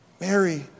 Mary